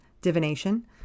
divination